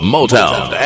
Motown